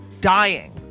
dying